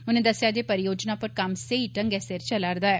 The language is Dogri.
उनें दस्सेआ जे परियोजना पर कम्म सेही ढंगै सिर चला'रदा ऐ